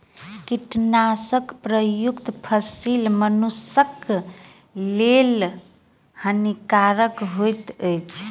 कीटनाशक प्रयुक्त फसील मनुषक लेल हानिकारक होइत अछि